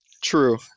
True